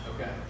Okay